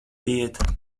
vieta